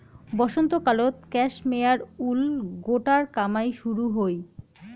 বসন্তকালত cashmere wool গোটার কামাই শুরু হই